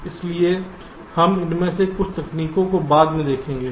इसलिए हम इनमें से कुछ तकनीकों को बाद में देखेंगे